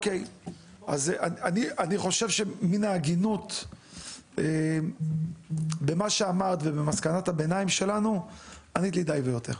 אני חושב שמן ההגינות במה שאמרת ובמסקנת הביניים שלנו ענית לי די והותר.